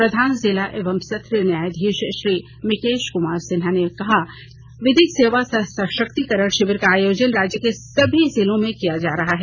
प्रधान जिला एवं सत्र न्यायाधीश श्री मिकेश कुमार सिन्हा ने कहा कि विधिक सेवा सह सशक्तिकरण शिविर का आयोजन राज्य के सभी जिलों में किया जा रहा है